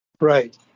Right